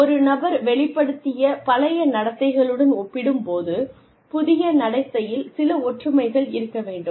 ஒரு நபர் வெளிப்படுத்திய பழைய நடத்தைகளுடன் ஒப்பிடும் போது புதிய நடத்தையில் சில ஒற்றுமைகள் இருக்க வேண்டும்